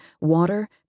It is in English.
water